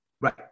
right